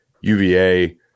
uva